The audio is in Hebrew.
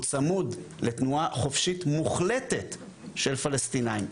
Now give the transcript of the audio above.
צמוד לתנועה חופשית מוחלטת של פלסטינים.